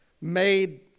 made